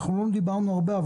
לא דיברנו הרבה,